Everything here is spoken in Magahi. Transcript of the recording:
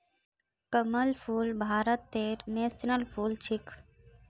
कमल फूल भारतेर नेशनल फुल छिके